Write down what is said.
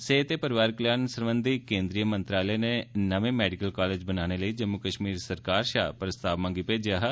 सेहत ते परिवार कल्याण सरबंधी केन्द्रीय मंत्रालय नै नमें मैडिकल कॉलेज बनाने लेई जम्मू कष्मीर सरकार षा प्रस्ताव मंगी भेजेआ ऐ